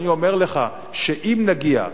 אני אומר לך שאם נגיע,